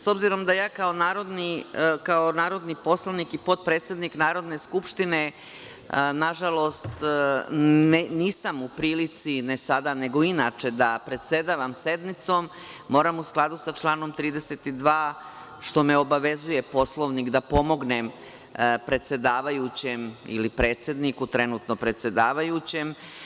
S obzirom da ja kao narodni poslanik i potpredsednik Narodne skupštine, nažalost, nisam u prilici, ne sada nego inače, da predsedavam sednicom, moram u skladu sa članom 32, što me obavezuje Poslovnik, da pomognem predsedavajućem ili predsedniku, trenutno predsedavajućem.